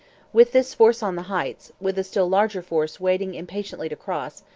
with this force on the heights, with a still larger force waiting impatiently to cross,